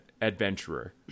adventurer